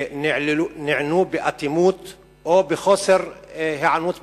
נענו באטימות או בחוסר היענות בכלל.